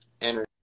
energy